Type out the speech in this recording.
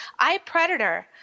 iPredator